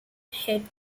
head